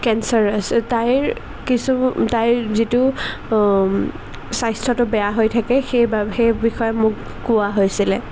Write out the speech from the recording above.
cancer আছে তাইৰ কিছু তাইৰ যিটো স্বাস্থ্যটো বেয়া হৈ থাকে সেইবাবে সেই বিষয়ে মোক কোৱা হৈছিলে